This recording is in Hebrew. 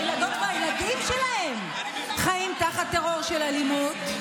והילדות והילדים שלהן חיים תחת טרור של אלימות,